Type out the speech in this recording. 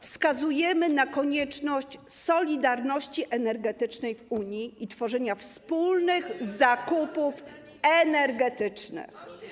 Wskazujemy na konieczność solidarności energetycznej w Unii i tworzenia wspólnych zakupów energetycznych.